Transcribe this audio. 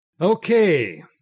Okay